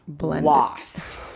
lost